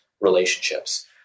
relationships